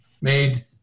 made